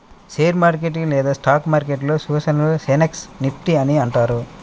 share market లేదా stock మార్కెట్లో సూచీలను సెన్సెక్స్, నిఫ్టీ అని అంటారు